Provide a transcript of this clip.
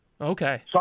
Okay